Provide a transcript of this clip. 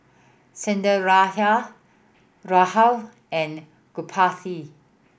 Sundaraiah Rahul and Gopinath